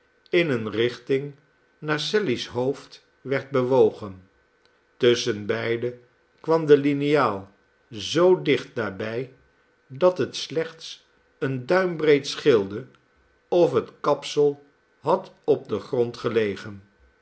in eene richting naar sally's hoofd werd bewogen tusschenbeide kwam de liniaal zoo dicht daarbij dat het slechts een duimbreed scheelde of het kapsel had op den grond gelegen